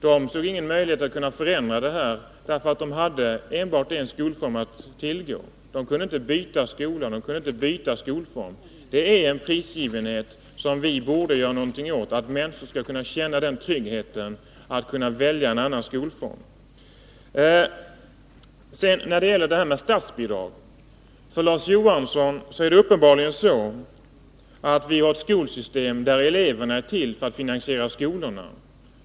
Föräldrarna såg ingen möjlighet att förändra denna situation, eftersom de hade enbart en skolform att tillgå. De kunde inte byta skola eller skolform. Det är en prisgivenhet, som vi borde göra någonting åt. Människor skall kunna känna den tryggheten att de kan välja en annan skolform. När det gäller statsbidragen anser Larz Johansson uppenbarligen att vi har ett skolsystem där eleverna är till för att finansiera skolorna.